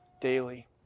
daily